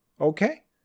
okay